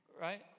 right